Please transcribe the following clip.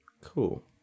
Cool